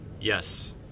yes